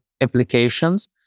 applications